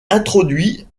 introduit